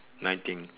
nothing